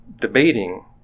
debating